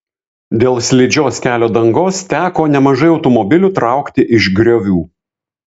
dėl slidžios kelio dangos teko nemažai automobilių traukti iš griovių